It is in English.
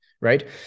right